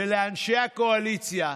ולאנשי הקואליציה: